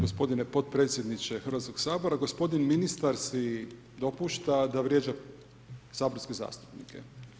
Poštovani potpredsjedniče Hrvatskoga sabora, gospodin ministar si dopušta da vrijeđa saborske zastupnike.